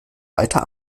weiter